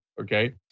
okay